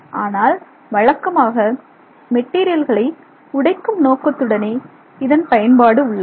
ஆனால் வழக்கமாக மெட்டீரியல்களை உடைக்கும் நோக்கத்துடனே இதன் பயன்பாடு உள்ளது